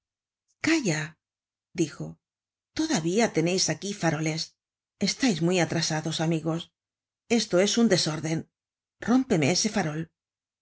calla dijo todavía teneis aquí faroles estais muy atrasados amigos esto es un desorden rómpeme ese farol y